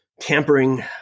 tampering